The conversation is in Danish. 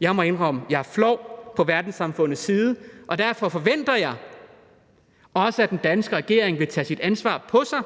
Jeg må indrømme, at jeg er flov på verdenssamfundets vegne, og derfor forventer jeg, at også den danske regering vil tage sit ansvar på sig